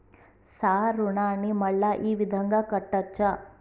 Sir రుణాన్ని మళ్ళా ఈ విధంగా కట్టచ్చా?